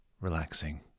relaxing